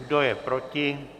Kdo je proti?